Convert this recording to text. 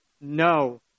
no